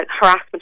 harassment